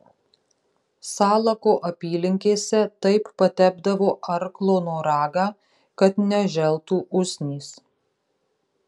salako apylinkėse taip patepdavo arklo noragą kad neželtų usnys